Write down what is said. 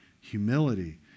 humility